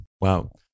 Wow